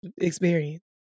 experience